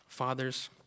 fathers